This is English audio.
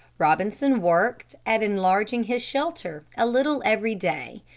robinson worked at enlarging his shelter a little every day.